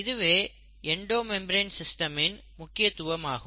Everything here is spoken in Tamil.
இதுவே எண்டோ மெம்பரேன் சிஸ்டமின் முக்கியத்துவம் ஆகும்